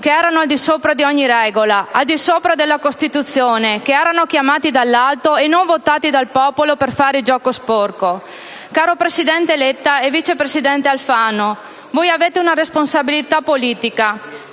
che erano al di sopra di ogni regola, al di sopra della Costituzione, che erano stati chiamati dall'alto e non votati dal popolo per fare il gioco sporco. Caro presidente Letta e vice presidente Alfano, voi avete una responsabilità politica